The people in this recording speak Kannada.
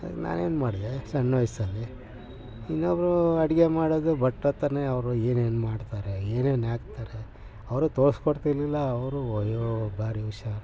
ನಾನೇನು ಮಾಡಿದೆ ಸಣ್ಣ ವಯಸಲ್ಲಿ ಇನ್ನೊಬ್ಬರು ಅಡುಗೆ ಮಾಡೋದು ಭಟ್ರ ಹತ್ತನೇ ಅವರು ಏನೇನು ಮಾಡ್ತಾರೆ ಏನೇನು ಹಾಕ್ತಾರೆ ಅವರು ತೋರಿಸ್ಕೊಡ್ತಿರ್ಲಿಲ್ಲ ಅವರು ಅಯ್ಯೋ ಭಾರಿ ಹುಷಾರ್